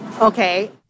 Okay